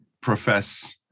profess